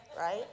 right